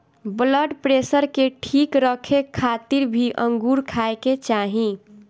blood pressure के ठीक रखे खातिर भी अंगूर खाए के चाही